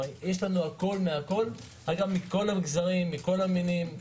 מכל המגזרים ומכל המינים.